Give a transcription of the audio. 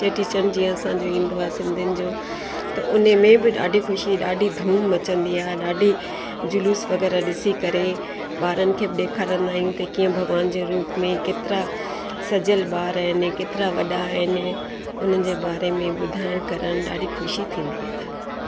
चेटीचंड जीअं असांजो ईंदो आहे सिंधियुनि जो त उन में बि ॾाढी ख़ुशी ॾाढी धूम मचंदी आहे ॾाढी जुलूस वग़ैरह ॾिसी करे ॿारनि खे बि ॾेखारंदा आहियूं उते कीअं भगवान जे रूप में केतिरा सजियल ॿार आहिनि केतिरा वॾा आहिनि उन्हनि जे बारे में ॿुधाइणु करणु ॾाढी ख़ुशी थींदी आहे